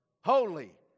Holy